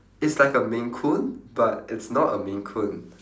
it's like a maine-coon but it's not a maine-coon